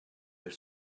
elle